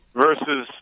versus